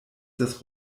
des